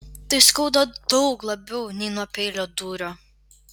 tai skauda daug labiau nei nuo peilio dūrio